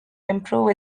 improve